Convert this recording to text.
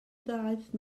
ddaeth